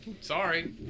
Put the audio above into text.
Sorry